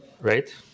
Right